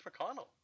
McConnell